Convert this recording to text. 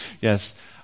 Yes